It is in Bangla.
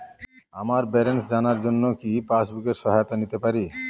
আমার ব্যালেন্স জানার জন্য কি পাসবুকের সহায়তা নিতে পারি?